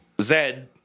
Zed